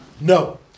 No